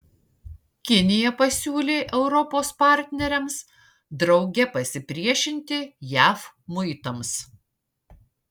kinija pasiūlė europos partneriams drauge pasipriešinti jav muitams